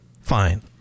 Fine